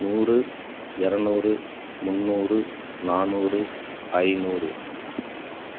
நூறு இரநூறு முந்நூறு நானூறு ஐநூறு